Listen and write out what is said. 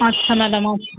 আচ্ছা ম্যাডাম আচ্ছা